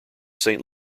saint